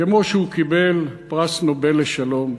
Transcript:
כמו שהוא קיבל פרס נובל לשלום,